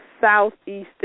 southeastern